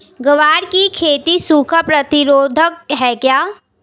ग्वार की खेती सूखा प्रतीरोधक है क्या?